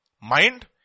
mind